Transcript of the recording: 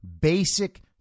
basic